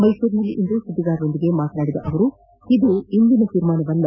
ಮೈಸೂರಿನಲ್ಲಿಂದು ಸುದ್ದಿಗಾರರೊಂದಿಗೆ ಮಾತನಾಡಿದ ಅವರು ಇದು ಇಂದಿನ ತೀರ್ಮಾನವಲ್ಲ